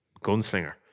gunslinger